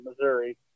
Missouri